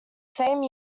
same